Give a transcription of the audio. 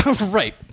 Right